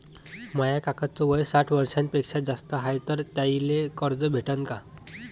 माया काकाच वय साठ वर्षांपेक्षा जास्त हाय तर त्याइले कर्ज भेटन का?